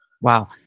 wow